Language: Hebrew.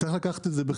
צריך לקחת את זה בחשבון,